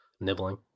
nibbling